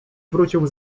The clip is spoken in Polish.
wrócił